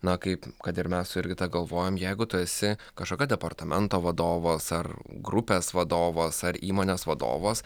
na kaip kad ir mes su jurgita galvojom jeigu tu esi kažkokio departamento vadovas ar grupės vadovas ar įmonės vadovas